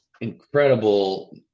incredible